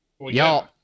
y'all